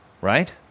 right